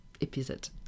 episode